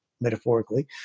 metaphorically